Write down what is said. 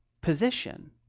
position